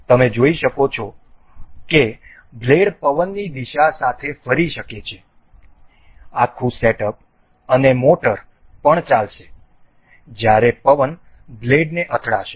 તમે જોઈ શકો છો કે બ્લેડ પવનની દિશા સાથે ફરી શકે છે આખું સેટઅપ અને મોટર પણ ચાલશે જ્યારે પવન બ્લેડને અથડાશે